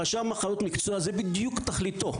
הרשם למחלות מקצוע זה בדיוק תכליתו,